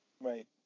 Right